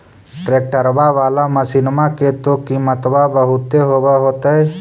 ट्रैक्टरबा बाला मसिन्मा के तो किमत्बा बहुते होब होतै?